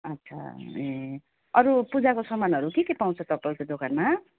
अच्छा ए अरू पूजाको सामानहरू के के पाउँछ तपाईँको दोकानमा